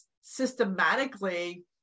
systematically